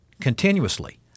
continuously